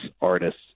artists